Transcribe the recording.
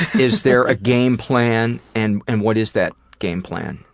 is there a game plan and and what is that game plan?